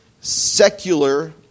secular